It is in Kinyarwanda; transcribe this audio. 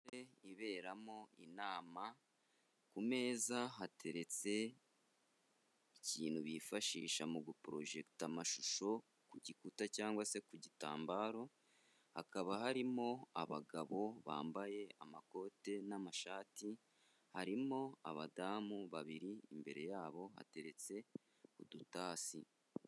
Sale iberamo inama, ku meza hateretse ikintu bifashisha mu gu porojeta amashusho ku gikuta cyangwa se ku gitambaro, hakaba harimo abagabo bambaye amakote n'amashati, harimo abadamu babiri, imbere yabo hateretse udutasi.